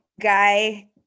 guy